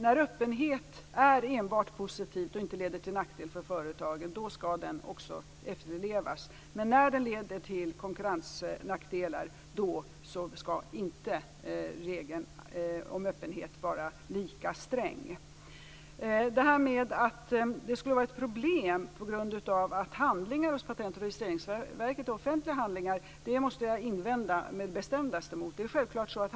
När öppenhet är enbart positivt och inte innebär någon nackdel för företaget skall den också efterlevas, men när den leder till konkurrensnackdelar skall regeln om öppenhet inte vara lika sträng. Att det skulle vara ett problem att handlingar hos Patent och registreringsverket är offentliga handlingar måste jag med det bestämdaste invända mot.